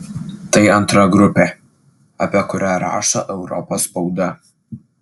tai antra grupė apie kurią rašo europos spauda